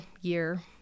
year